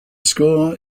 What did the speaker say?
score